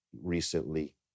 recently